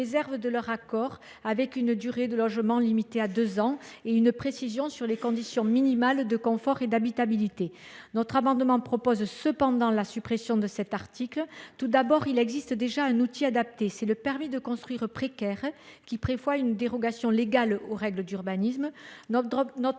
de leur accord, avec une durée de logement limitée à deux ans et une précision sur les conditions minimales de confort et d’habitabilité. Nous proposons cependant, au travers de cet amendement, la suppression de cet article. En effet, il existe déjà un outil adapté, à savoir le permis de construire précaire, qui prévoit une dérogation légale aux règles d’urbanisme. Notre